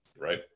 right